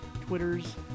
twitters